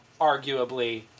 arguably